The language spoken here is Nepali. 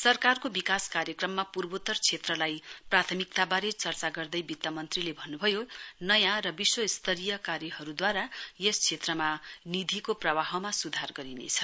सरकारको विकास कार्यक्रममा पूर्वोत्तर क्षेत्रलाई प्राथमिकताबारे चर्चा गर्दै वितमन्त्रीले भन्नुभयो नयाँ अभिनव र विश्वस्तरीय कार्यहरूद्वारा यस क्षेत्रमा निधिको प्रवाहमा सुधार गरिनेछ